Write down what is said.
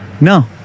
no